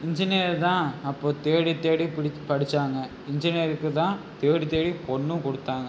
engineer தான் அப்போது தேடி தேடி பிடிச் படித்தாங்க இன்ஜினியருக்கு தான் தேடி தேடி பொண்ணும் கொடுத்தாங்க